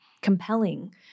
compelling